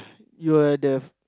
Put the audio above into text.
you're the